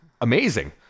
amazing